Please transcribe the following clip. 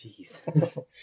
Jeez